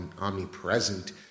omnipresent